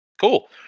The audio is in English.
Cool